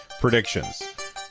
predictions